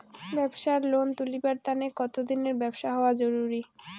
ব্যাবসার লোন তুলিবার তানে কতদিনের ব্যবসা হওয়া জরুরি?